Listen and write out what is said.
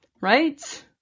Right